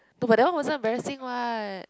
no but that one wasn't embarrassing what